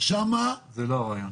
שמה --- זה לא הרעיון.